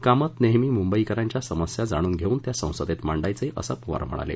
कामत नेहमी मुंबईकरांच्या समस्या जाणून घेऊन त्या संसदेत मांडायचे असं पवार म्हणाले